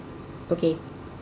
okay